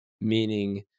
Meaning